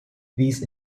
these